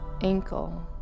ankle